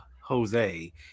Jose